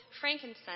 frankincense